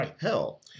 hell